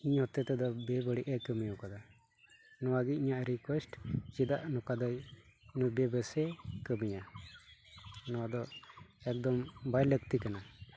ᱵᱮᱵᱟᱹᱲᱤᱡ ᱮ ᱠᱟᱹᱢᱤ ᱟᱠᱟᱫᱟ ᱱᱚᱣᱟ ᱜᱮ ᱤᱧᱟᱹᱜ ᱨᱤᱠᱩᱭᱮᱥᱴ ᱪᱮᱫᱟᱜ ᱱᱚᱠᱟ ᱫᱚᱭ ᱱᱩᱭ ᱵᱮᱥᱮ ᱠᱟᱹᱢᱤᱭᱟ ᱱᱚᱣᱟ ᱫᱚ ᱮᱠᱫᱚᱢ ᱵᱟᱭ ᱞᱟᱹᱠᱛᱤ ᱠᱟᱱᱟ